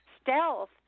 stealth